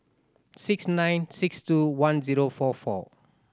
six nine six two one zero four four